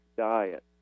Diet